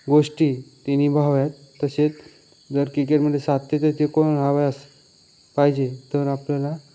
गोष्टी ते निभाव्यात तसेच पाहिजे तर आपल्याला